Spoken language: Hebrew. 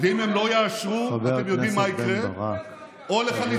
ואם הם לא יאשרו, חבר הכנסת בן ברק.